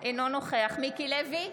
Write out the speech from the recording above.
אינו נוכח מיקי לוי,